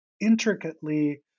intricately